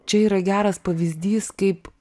čia yra geras pavyzdys kaip